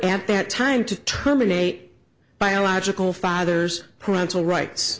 at that time to terminate biological father's parental rights